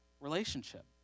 relationship